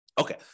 Okay